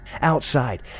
Outside